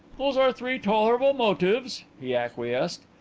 those are three tolerable motives, he acquiesced.